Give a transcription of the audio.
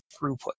throughput